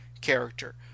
character